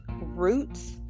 Roots